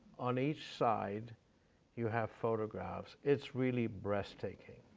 on each side you have photographs. it's really breathtaking.